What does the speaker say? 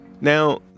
Now